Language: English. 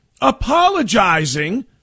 Apologizing